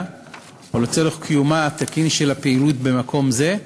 או לצורך קיומה התקין של הפעילות במקום זה.